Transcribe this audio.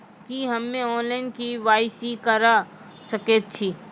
की हम्मे online, KYC करा सकैत छी?